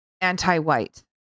Anti-white